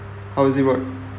how is it work